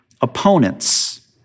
opponents